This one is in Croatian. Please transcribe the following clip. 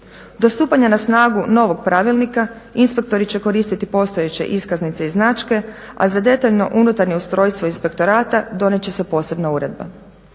Do stupanja na snagu novog pravilnika inspektori će koristiti postojeće iskaznice i značke, a za detaljno unutarnje ustrojstvo inspektorata donijet će se posebna uredba.